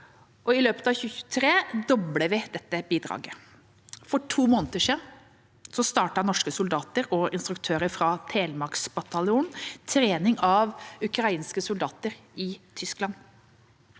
I løpet av 2023 dobler vi dette bidraget. For to måneder siden startet norske soldater og instruktører fra Telemarksbataljonen trening av ukrainske soldater i Tyskland.